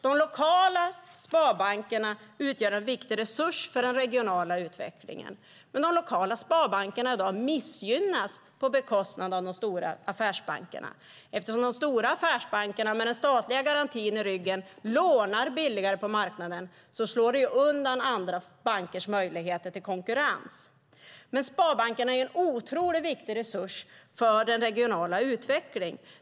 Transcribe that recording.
De lokala sparbankerna utgör en viktig resurs för den regionala utvecklingen, men de missgynnas i dag i förhållande till de stora affärsbankerna, eftersom de stora affärsbankerna med den statliga garantin i ryggen lånar billigare på marknaden, vilket slår undan andra bankers möjligheter till konkurrens. Sparbankerna är en otroligt viktig resurs för den regionala utvecklingen.